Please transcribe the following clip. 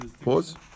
Pause